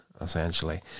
essentially